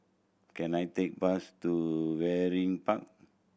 can I take bus to Waringin Park